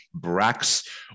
Brax